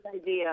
idea